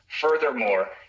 Furthermore